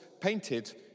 painted